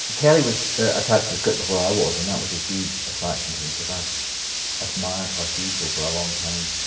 kelly was attached to the script before i was, and that was a huge attraction to me, because i've admired her hugely for a long time.